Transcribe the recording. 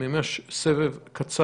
אני מבקש ממש סבב קצר,